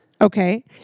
Okay